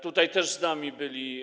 Tutaj też z nami byli.